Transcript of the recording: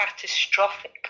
catastrophic